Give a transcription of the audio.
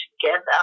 together